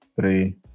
three